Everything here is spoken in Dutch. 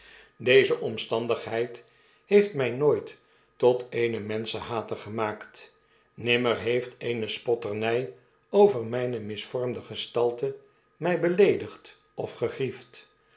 deze omstandigheid heeft mij nooit tot eenen menschenhater gemaakt nimmer heeft eene spotterny over myne misvormde gestalte my beleedigd of gegriefd